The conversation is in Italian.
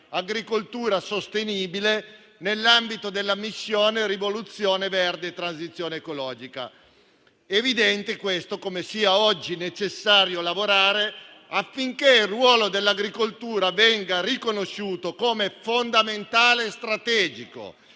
«Agricoltura sostenibile», nell'ambito della missione «Rivoluzione verde e transizione ecologica». È evidente come oggi sia necessario lavorare affinché il ruolo dell'agricoltura venga riconosciuto come fondamentale e strategico,